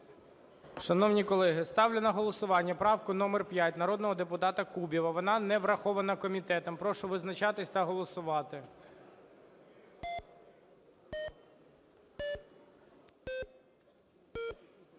Шановні колеги, ставлю на голосування правку номер 5 народного депутата Кубіва. Вона не врахована комітетом. Прошу визначатися та голосувати.